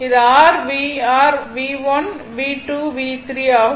இது r V r V1V2 V3 ஆகும்